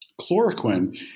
chloroquine